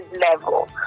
level